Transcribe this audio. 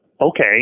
okay